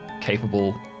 capable